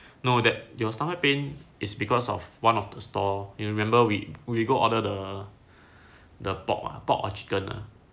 no that your stomach pain it's because of one of the store you remember we we go order the the pork pork or chicken